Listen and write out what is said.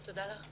תודה לך.